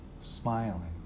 smiling